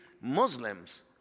Muslims